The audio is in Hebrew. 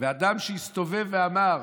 ואדם שהסתובב ואמר: